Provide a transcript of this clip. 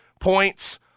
points